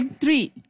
three